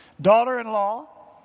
Daughter-in-law